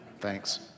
Thanks